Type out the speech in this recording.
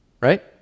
Right